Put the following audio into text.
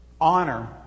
Honor